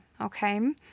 okay